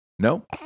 No